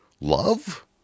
love